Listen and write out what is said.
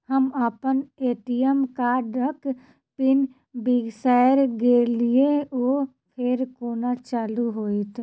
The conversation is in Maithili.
हम अप्पन ए.टी.एम कार्डक पिन बिसैर गेलियै ओ फेर कोना चालु होइत?